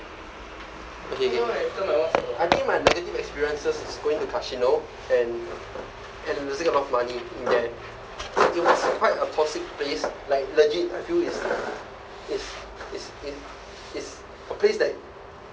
okay okay I think my negative experiences is going to casino and and losing a lot of money there it was a quite a like legit I feel is is is is is a place that